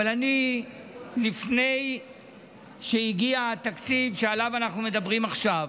אבל לפני שהגיע התקציב שעליו אנחנו מדברים עכשיו,